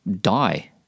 die